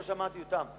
שלא שמעתי אותם,